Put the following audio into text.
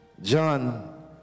John